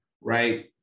right